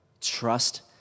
trust